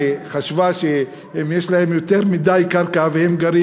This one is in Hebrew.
שחשבה שיש להם יותר מדי קרקע והם גרים